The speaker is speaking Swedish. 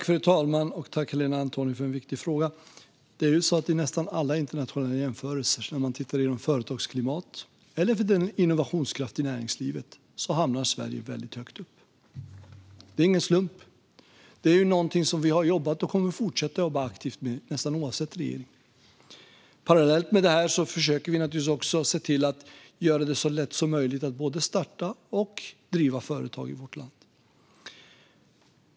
Fru talman! Tack, Helena Antoni, för en viktig fråga! I nästan alla internationella jämförelser när det gäller företagsklimat eller innovationskraft i näringslivet hamnar Sverige väldigt högt upp. Det är ingen slump. Det är någonting som vi har jobbat och kommer att fortsätta jobba aktivt med nästan oavsett regering. Parallellt med det försöker vi naturligtvis se till att göra det så lätt som möjligt att både starta och driva företag i vårt land.